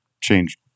change